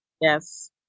Yes